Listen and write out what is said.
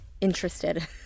interested